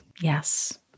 Yes